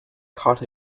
caught